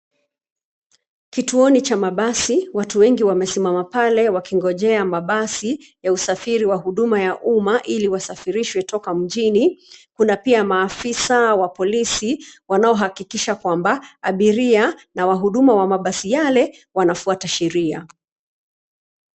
Kituoni cha mabasi, watu wengi wamesimama pale wakingojea mabasi ya usafiri wa huduma ya umma ili wasafirishwe kutoka mjini. Kuna pia maafisa wa polisi wanaohakikisha kwamba abiria na wahudumu wa mabasi yale wanafuata sheria.